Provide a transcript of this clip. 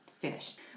finished